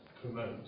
promote